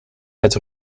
het